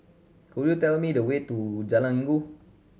could you tell me the way to Jalan Inggu